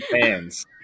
fans